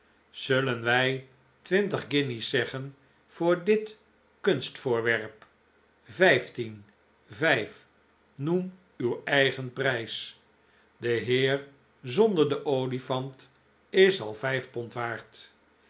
zullen wij twintig guinjes zeggen voor dit kunstvoorwerp vijftien vijf noem uw eigen prijs de heer zonder den olifant is al vijf pond waard